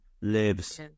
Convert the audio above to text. lives